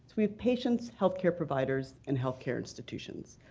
so we have patients health care providers and health care institutions.